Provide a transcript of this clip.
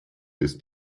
ist